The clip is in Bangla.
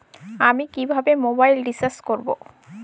আমি কিভাবে মোবাইল রিচার্জ করব?